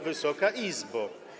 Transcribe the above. Wysoka Izbo!